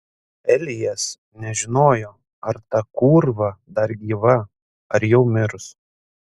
elijas nežinojo ar ta kūrva dar gyva ar jau mirus